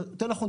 או יותר נכון,